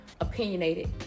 opinionated